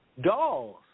dolls